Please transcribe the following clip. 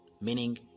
Meaning